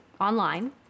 online